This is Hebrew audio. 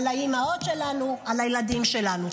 על האימהות שלנו ועל הילדים שלנו.